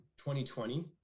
2020